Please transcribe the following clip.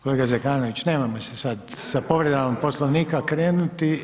Kolega Zekanović, nemojmo se sada sa povredama Poslovnika krenuti.